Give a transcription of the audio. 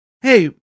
hey